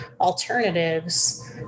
alternatives